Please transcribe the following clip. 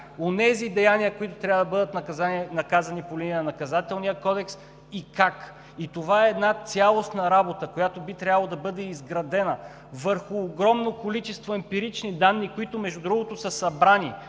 онези деяния, които трябва да бъдат наказани по линия на Наказателния кодекс, и как. Това е една цялостна работа, която би трябвало да бъде изградена върху огромно количество емпирични данни, които, между другото, са събрани